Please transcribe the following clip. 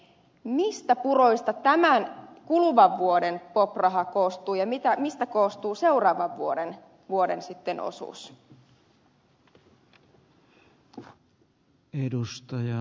mistä puroista tämän kuluvan vuoden pop raha koostuu ja mistä koostuu seuraavan vuoden osuus